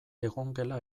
egongela